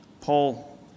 Paul